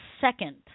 second